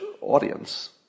audience